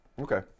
Okay